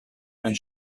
and